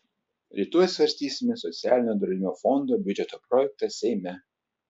rytoj svarstysime socialinio draudimo fondo biudžeto projektą seime